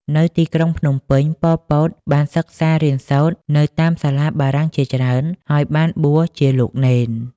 នៅទីក្រុងភ្នំពេញ ប៉ុល ពត បានសិក្សារៀនសូត្រនៅតាមសាលាបារាំងជាច្រើន ហើយបានបួសជាលោកនេន។